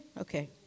Okay